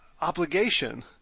obligation